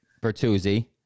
Bertuzzi